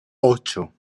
ocho